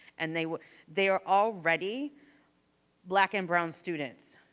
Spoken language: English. and they they are already black and brown students.